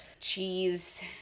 cheese